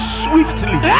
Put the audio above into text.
swiftly